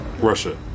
Russia